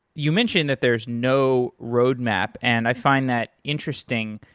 you mentioned that there's no roadmap, and i find that interesting.